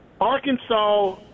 Arkansas